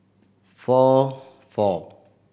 four four